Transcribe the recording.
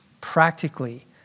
practically